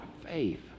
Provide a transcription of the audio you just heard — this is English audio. faith